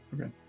Okay